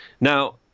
Now